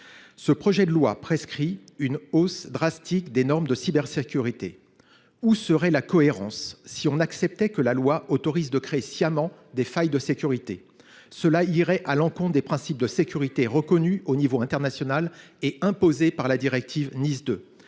Ce projet de loi prévoit une hausse drastique des normes de cybersécurité. Où serait la cohérence si nous acceptions, dans le même texte, de créer sciemment des failles de sécurité ? Cela irait, en outre, à l’encontre des principes de sécurité reconnus à l’échelon international et imposés par la directive NIS 2.